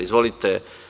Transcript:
Izvolite.